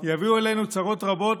יביאו עלינו צרות רבות.